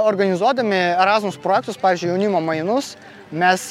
organizuodami erazmus projektus pavyzdžiui jaunimo mainus mes